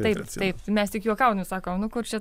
taip taip mes tik juokaujam ir sakom nu kur čia